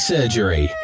Surgery